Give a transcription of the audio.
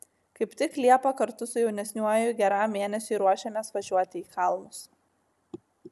kaip tik liepą kartu su jaunesniuoju geram mėnesiui ruošiamės važiuoti į kalnus